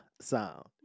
sound